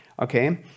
Okay